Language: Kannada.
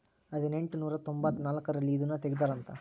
ಹದಿನೆಂಟನೂರ ತೊಂಭತ್ತ ನಾಲ್ಕ್ ರಲ್ಲಿ ಇದುನ ತೆಗ್ದಾರ ಅಂತ